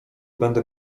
będę